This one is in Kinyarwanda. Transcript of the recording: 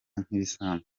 nk’ibisanzwe